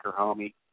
homie